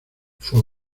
fue